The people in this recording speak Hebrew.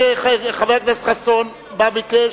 חבר הכנסת חסון ביקש.